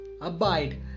abide